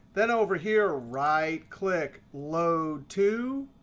then over here, right click, load two,